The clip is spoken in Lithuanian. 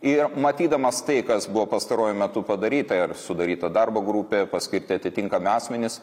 ir matydamas tai kas buvo pastaruoju metu padaryta ir sudaryta darbo grupė paskirti atitinkami asmenys